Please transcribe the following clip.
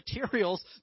materials